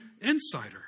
insider